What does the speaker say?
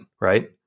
right